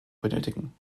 benötigen